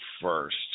first